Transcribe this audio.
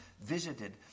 visited